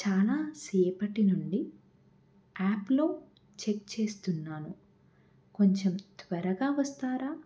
చాలా సేపటి నుండి యాప్లో చెక్ చేస్తున్నాను కొంచెం త్వరగా వస్తారా